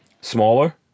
Smaller